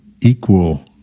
equal